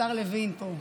השר לוין פה.